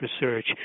research